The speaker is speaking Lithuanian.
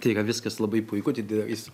tai yra viskas labai puiku tik jis